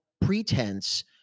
pretense –